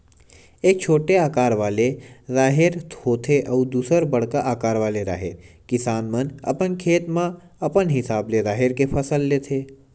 एक छोटे अकार वाले राहेर होथे अउ दूसर बड़का अकार वाले राहेर, किसान मन अपन खेत म अपन हिसाब ले राहेर के फसल लेथे